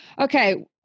Okay